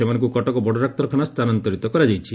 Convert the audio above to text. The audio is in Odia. ସେମାନଙ୍କୁ କଟକ ବଡଡାକ୍ତରଖାନା ସ୍ଥାନାନ୍ତରିତ କରାଯାଇଛି